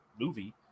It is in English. movie